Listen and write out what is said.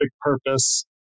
purpose